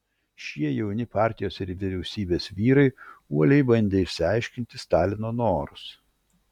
šie jauni partijos ir vyriausybės vyrai uoliai bandė išsiaiškinti stalino norus